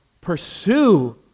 pursue